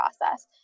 process